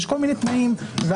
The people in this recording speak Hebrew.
יש כל מיני תנאים והגבלות,